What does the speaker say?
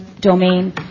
domain